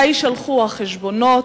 2. מתי יישלחו החשבונות?